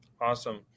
Awesome